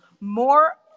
more